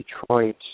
Detroit